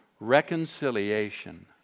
reconciliation